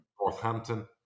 Northampton